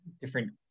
Different